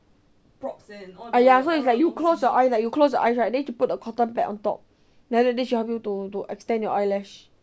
!aiya! so it's like you close your eyes you close your eyes right then she put the cotton pad on top then after that she help you to extend your eyelash